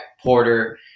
Porter